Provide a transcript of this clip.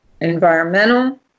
environmental